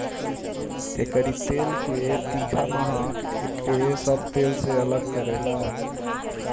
एकरी तेल के तीखा महक एके सब तेल से अलग करेला